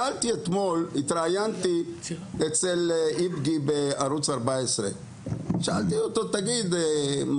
התראיינתי אתמול אצל איבגי בערוץ 14. שאלתי אותו: "תגיד,